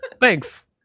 thanks